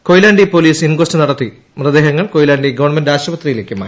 Koyilandy police inquest നടത്തി മൃതദേഹങ്ങൾ Koyilandy government ആശുപത്രിയിലേക്ക് മാറ്റി